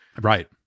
right